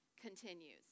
continues